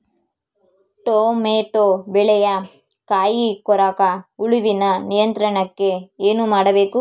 Tomato ಬೆಳೆಯ ಕಾಯಿ ಕೊರಕ ಹುಳುವಿನ ನಿಯಂತ್ರಣಕ್ಕೆ ಏನು ಮಾಡಬೇಕು?